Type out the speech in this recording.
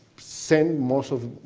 send most of.